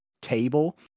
table